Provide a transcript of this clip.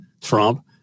Trump